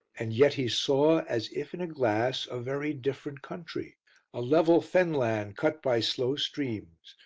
and yet he saw, as if in a glass, a very different country a level fenland cut by slow streams,